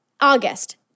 August